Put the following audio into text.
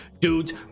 dude's